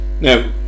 now